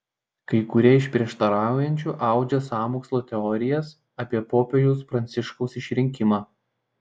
kai kurie iš prieštaraujančiųjų audžia sąmokslo teorijas apie popiežiaus pranciškaus išrinkimą